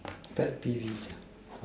bad T V